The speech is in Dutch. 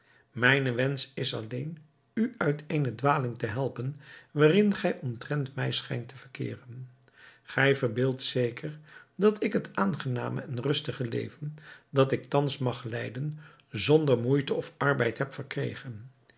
mijne wensch is alleen u uit eene dwaling te helpen waarin gij omtrent mij schijnt te verkeeren gij verbeeldt zeker dat ik het aangename en rustige leven dat ik thans mag leiden zonder moeite of arbeid heb verkregen